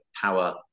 power